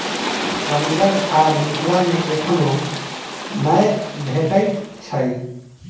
पनिगर खाद मिथिला मे एखनो नै भेटैत छै